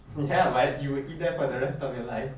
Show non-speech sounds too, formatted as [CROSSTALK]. ya [LAUGHS] but you will eat that for the rest of your life